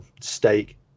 steak